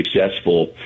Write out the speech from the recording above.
successful